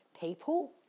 people